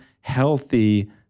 healthy